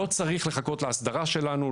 לא צריך לחכות לאסדרה שלנו,